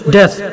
death